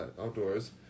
Outdoors